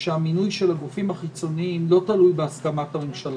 שהמינוי של הגופים החיצוניים לא תלוי בהסכמת הממשלה.